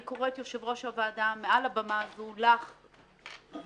ואני חוזרת ופונה אליה גם מעל לבמה הזאת כבר הבאת הצעת חוק עם רפורמה,